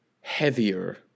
heavier